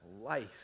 life